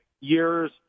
years